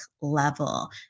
level